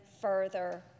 further